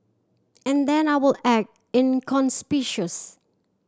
and then I will act inconspicuous